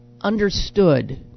understood